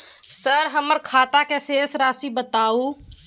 Sir हमर खाता के शेस राशि बताउ?